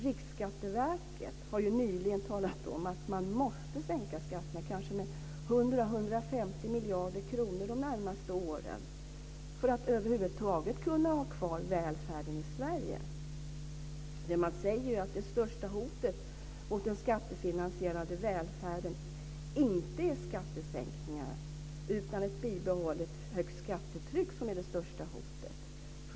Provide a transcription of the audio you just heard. Riksskatteverket har nyligen talat om att man måste sänka skatterna kanske med 100 eller 150 miljarder kronor de närmaste åren för att över huvud taget kunna ha kvar välfärden i Sverige. Man säger att det största hotet mot den skattefinansierade välfärden inte är skattesänkningar utan ett bibehållet högt skattetryck.